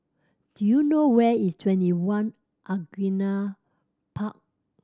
do you know where is TwentyOne Angullia Park